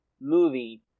movie